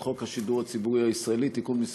חוק השידור הציבורי הישראלי (תיקון מס'